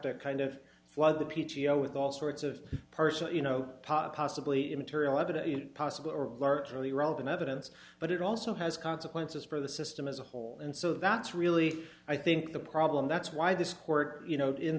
to kind of flood the p t o with all sorts of person you know possibly immaterial evidence possible or virtually relevant evidence but it also has consequences for the system as a whole and so that's really i think the problem that's why this court you know in